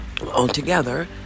altogether